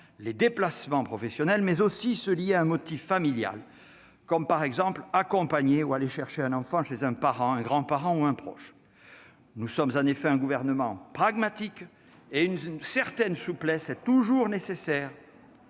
les déplacements professionnels, mais aussi ceux liés à un motif familial, comme accompagner ou aller chercher un enfant chez un parent, un grand-parent ou un proche. Nous sommes en effet un gouvernement pragmatique et une certaine souplesse est toujours nécessaire